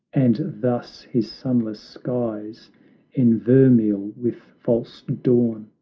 and thus his sunless skies envermeil with false dawn!